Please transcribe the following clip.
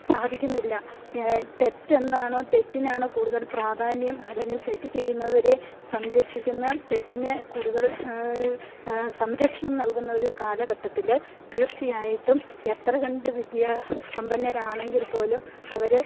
സാധിക്കുന്നില്ല തെറ്റെന്താണോ തെറ്റിനാണ് കൂടുതൽ പ്രാധാന്യം അല്ലെങ്കിൽ തെറ്റ് ചെയ്യുന്നവരെ സംരക്ഷിക്കുന്ന തെറ്റിനെ കൂടുതൽ സംരക്ഷണം നൽകുന്ന ഒരു കാലഘട്ടത്തില് തീർച്ചയായിട്ടും എത്ര കണ്ട് വിദ്യാ സമ്പന്നരാണെങ്കിൽ പോലും അവര്